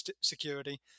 security